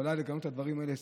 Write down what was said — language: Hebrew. שיכולה לגנות את הדברים האלה.